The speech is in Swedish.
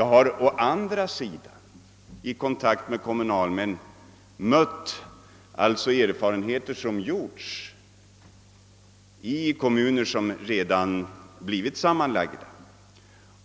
Å andra sidan har jag vid kontakt med kommunalmän mött erfarenheter som gjorts i kommuner som redan blivit sammanlagda